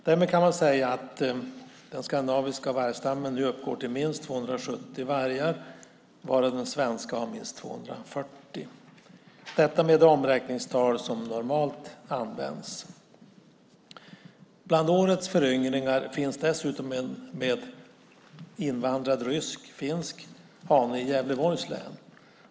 Därför kan man säga att den skandinaviska vargstammen nu uppgår till minst 270 vargar, varav den svenska stammen består av minst 240. Detta med de omräkningstal som normalt används. Bland årets föryngringar finns dessutom en invandrad rysk-finsk hane i Gävleborgs län.